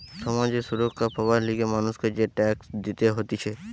সমাজ এ সুরক্ষা পাবার লিগে মানুষকে যে ট্যাক্স দিতে হতিছে